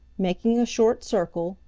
making a short circle,